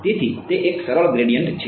તેથી તે એક સરળ ગ્રેડીયંટ છે